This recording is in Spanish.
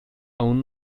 aún